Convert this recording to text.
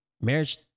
marriage